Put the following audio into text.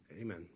Amen